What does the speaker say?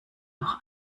noch